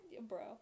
bro